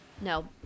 No